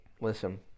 listen